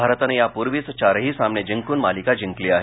भारतानं यापूर्वीच चारही सामने जिंकून मालिका जिंकली आहे